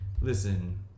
listen